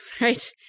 right